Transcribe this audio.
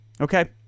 Okay